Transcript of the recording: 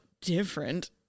different